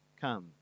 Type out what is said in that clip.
Come